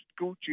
Gucci